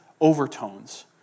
overtones